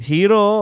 Hero